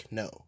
no